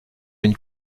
une